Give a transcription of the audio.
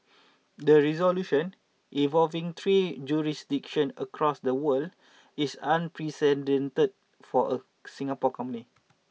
the resolution involving three jurisdictions across the world is unprecedented for a Singapore company